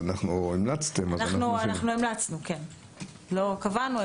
המלצתם אז אנחנו --- אנחנו המלצנו, לא קבענו.